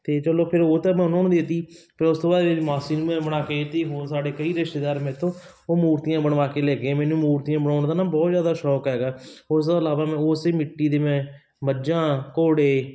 ਅਤੇ ਚੱਲੋ ਫਿਰ ਉਹ ਤਾਂ ਮੈਂ ਉਹਨਾਂ ਨੂੰ ਦੇ ਦਿੱਤੀ ਫਿਰ ਉਸਤੋਂ ਬਾਅਦ ਮੇਰੀ ਮਾਸੀ ਨੂੰ ਵੀ ਮੈਂ ਬਣਾ ਕੇ ਦਿੱਤੀ ਹੋਰ ਸਾਡੇ ਕਈ ਰਿਸ਼ਤੇਦਾਰ ਮੇਰੇ ਤੋਂ ਉਹ ਮੂਰਤੀਆਂ ਬਣਵਾ ਕੇ ਲੈ ਕੇ ਗਏ ਮੈਨੂੰ ਮੂਰਤੀਆਂ ਬਣਾਉਣ ਦਾ ਨਾ ਬਹੁਤ ਜ਼ਿਆਦਾ ਸ਼ੌਂਕ ਹੈਗਾ ਉਸ ਤੋਂ ਇਲਾਵਾ ਮੈਂ ਉਸ ਮਿੱਟੀ ਦੇ ਮੈਂ ਮੱਝਾਂ ਘੋੜੇ